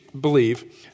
believe